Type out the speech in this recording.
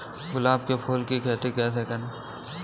गुलाब के फूल की खेती कैसे करें?